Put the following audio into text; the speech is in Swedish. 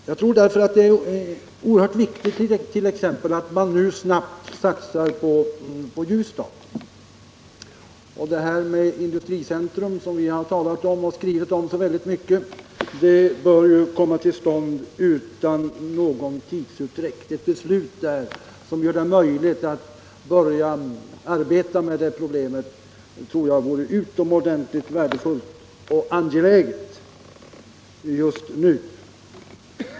Jag tror därför att det är oerhört viktigt att nu t.ex. snabbt satsa på Ljusdal. Ett industricentrum, som vi har talat och skrivit om så mycket, bör komma till stånd utan någon tidsutdräkt. Ett beslut som gör det möjligt att börja arbeta med det problemet tror jag vore utomordentligt värdefullt just nu.